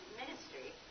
ministry